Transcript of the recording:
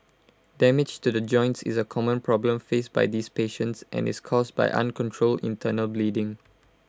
damage to the joints is A common problem faced by these patients and is caused by uncontrolled internal bleeding